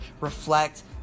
reflect